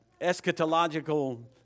eschatological